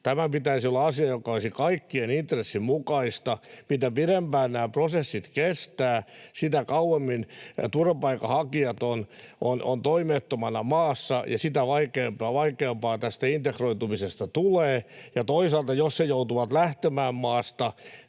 Tämän pitäisi olla asia, joka olisi kaikkien intressien mukaista. Mitä pidempään nämä prosessit kestävät, sitä kauemmin turvapaikanhakijat ovat toimettomina maassa ja sitä vaikeampaa tästä integroitumisesta tulee. Toisaalta, jos he joutuvat lähtemään maasta,